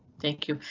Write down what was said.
thank you,